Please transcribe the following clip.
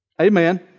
Amen